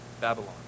Babylon